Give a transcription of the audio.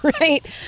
right